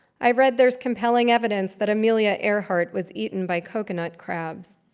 i read there's compelling evidence that amelia earhart was eaten by coconut crabs.